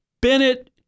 Bennett